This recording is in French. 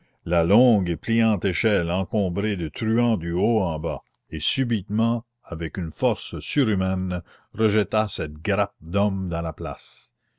la longue et pliante échelle encombrée de truands du haut en bas et subitement avec une force surhumaine rejeta cette grappe d'hommes dans la place